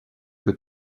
que